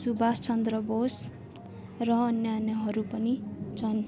सुवासचन्द्र बोस र अन्य अन्यहरू पनि छन्